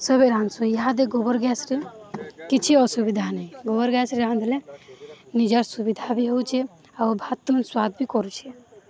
ସଭିଏଁ ରାନ୍ଧ୍ସୁଁ ଇାହାଦେ ଗୋବର ଗ୍ୟାସ୍ରେ କିଛି ଅସୁବିଧା ନାହିଁ ଗୋବର ଗ୍ୟାସ୍ରେ ରାନ୍ଧିଲେ ନିଜର୍ ସୁବିଧା ବି ହଉଛେ ଆଉ ଭାତ ସ୍ୱାଦ ବି କରୁଛେ